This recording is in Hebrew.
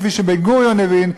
כפי שבן-גוריון הבין,